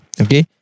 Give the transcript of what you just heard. okay